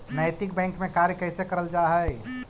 नैतिक बैंक में कार्य कैसे करल जा हई